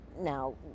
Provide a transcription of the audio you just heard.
Now